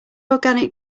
organic